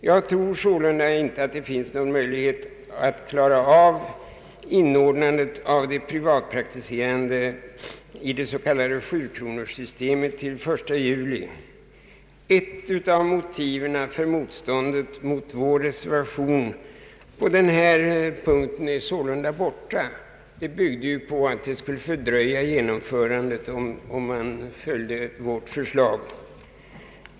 Jag tror sålunda inte att det finns någon möjlighet att klara inordnandet av de privatpraktiserande läkarna i det s.k. 7-kronorssystemet till den 1 juli. Ett av motiven för motståndet mot vår reservation på den här punkten är alltså borta. Det byggde ju på att man skulle försvåra genomförandet före denna dag om man följde vårt förslag.